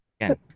again